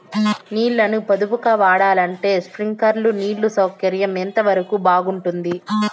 నీళ్ళ ని పొదుపుగా వాడాలంటే స్ప్రింక్లర్లు నీళ్లు సౌకర్యం ఎంతవరకు బాగుంటుంది?